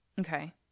Okay